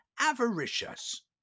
avaricious